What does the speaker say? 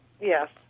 Yes